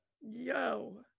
Yo